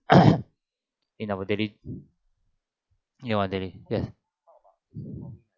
in our daily in our daily yes